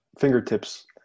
fingertips